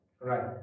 right